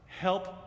help